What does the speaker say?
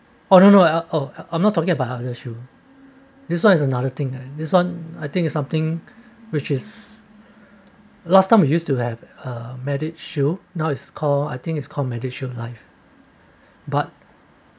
I don't know I uh I'm not talking about other issue this one is another thing ah this one I think is something which is last time you used to have a medic shield now is called I think it's call MediShield Life but